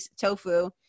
tofu